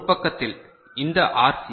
ஒரு பக்கத்தில் இந்த ஆர்